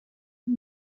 and